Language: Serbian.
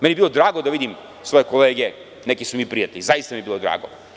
Meni je bilo drago da vidim svoje kolege, neki su mi prijatelji, zaista bi mi bilo drago.